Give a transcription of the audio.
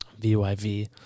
VYV